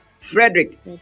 Frederick